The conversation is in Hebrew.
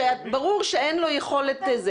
שברור שאין לו יכולת,